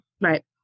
Right